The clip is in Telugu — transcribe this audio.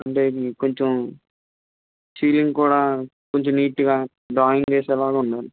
అంటే ఇవి కొంచెం సీలింగ్ కూడా కొంచెం నీట్గా డ్రాయింగ్ వేసేలాగ ఉండాలి